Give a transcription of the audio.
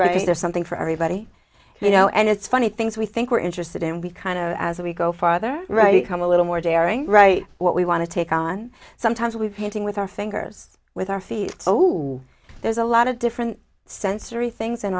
there's something for everybody you know and it's funny things we think we're interested in we kind of as we go farther right come a little more daring write what we want to take on sometimes we're painting with our fingers with our feet so who there's a lot of different sensory things in